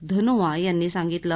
धनोआ यांनी सांगितलं